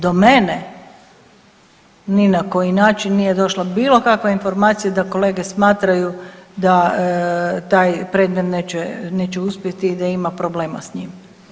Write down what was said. Do mene ni na koji način nije došla bilo kakva informacija da kolege smatraju da taj predmet neće uspjeti i da ima problema s njim.